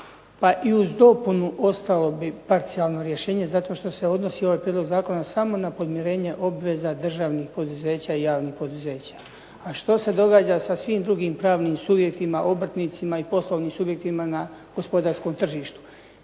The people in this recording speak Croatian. Pa i uz dopunu ostalo bi parcijalno rješenje zato što se odnosi ovaj prijedlog zakona samo na podmirenje obveza državnih poduzeća i javnih poduzeća. A što se događa sa svim drugim pravnim subjektima, obrtnicima i poslovnim subjektima na gospodarskom tržištu?